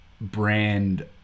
brand